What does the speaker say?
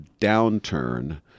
downturn